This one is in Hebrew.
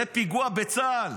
זה פיגוע בצה"ל,